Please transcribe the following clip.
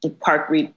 park